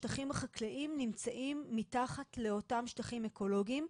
השטחים החקלאיים נמצאים מתחת לאותם שטחים אקולוגיים,